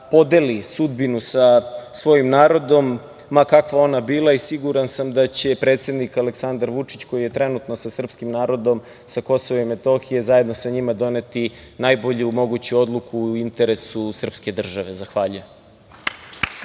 podeli sudbinu sa svojim narodom, ma kakva ona bila i siguran sam da će predsednik Aleksandar Vučić, koji je trenutno sa srpskim narodom sa Kosova i Metohije, zajedno sa njima doneti najbolju moguću odluku u interesu srpske države. Zahvaljujem.